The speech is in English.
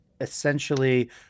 essentially